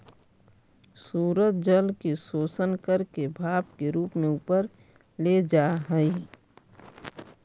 सूरज जल के शोषण करके भाप के रूप में ऊपर ले जा हई